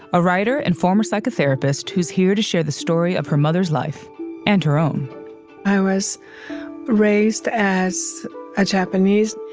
a writer and former psychotherapist who's here to share the story of her mother's life and her own i was raised as a japanese.